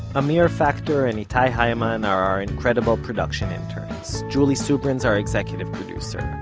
amir factor and itay hyman are our incredible production interns. julie subrin's our executive producer.